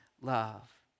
love